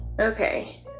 Okay